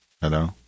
Hello